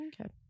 okay